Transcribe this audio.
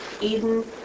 Eden